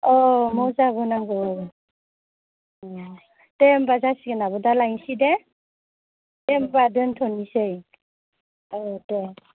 औ मुजाबो नांगौ औ दे होनबा जासिगोन आब' दा लायनोसै दे दे होनबा दोनथ'नोसै औ दे